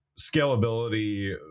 scalability